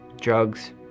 drugs